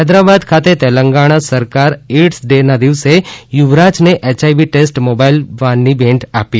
હૈદરાબાદ ખાતે તેલંગાણા સરકાર AIDS day ના દિવસે યુવરાજને એચઆઇવી ટેસ્ટ મોબાઈલવાનની ભેટ આપી